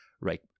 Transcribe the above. right